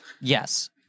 yes